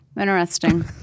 Interesting